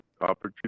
opportunity